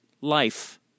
life